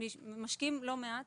אנחנו משקיעים לא מעט